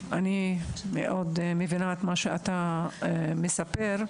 אני מאוד מבינה את מה שאתה מספר.